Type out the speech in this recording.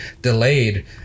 delayed